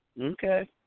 Okay